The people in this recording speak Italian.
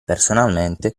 personalmente